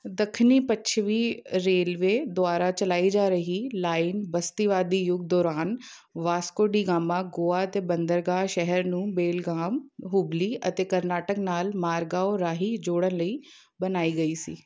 ਦੱਖਣ ਪੱਛਮੀ ਰੇਲਵੇ ਦੁਆਰਾ ਚਲਾਈ ਜਾ ਰਹੀ ਲਾਈਨ ਬਸਤੀਵਾਦੀ ਯੁੱਗ ਦੌਰਾਨ ਵਾਸਕੋ ਡੀ ਗਾਮਾ ਗੋਆ ਅਤੇ ਬੰਦਰਗਾਹ ਸ਼ਹਿਰ ਨੂੰ ਬੇਲਗਾਮ ਹੁਬਲੀ ਅਤੇ ਕਰਨਾਟਕ ਨਾਲ ਮਾਰਗਾਓ ਰਾਹੀਂ ਜੋੜਨ ਲਈ ਬਣਾਈ ਗਈ ਸੀ